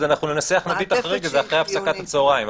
אז ננסח את החריג הזה אחרי הפסקת הצהריים.